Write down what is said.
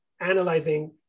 analyzing